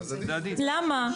למה?